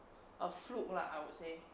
a fluke lah I would say